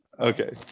Okay